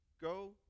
go